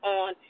on